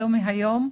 לא מהיום.